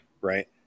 Right